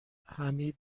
حمید